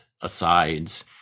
asides